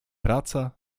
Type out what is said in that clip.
praca